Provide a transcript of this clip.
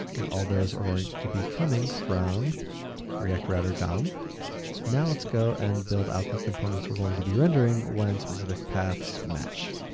and all those are going to be coming from react-router-dom. um now, let's go and build out the components. we're going to be rendering one specific path's match.